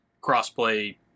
cross-play